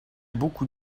beaucoup